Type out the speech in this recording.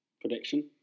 Prediction